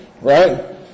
right